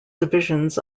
divisions